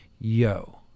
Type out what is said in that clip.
yo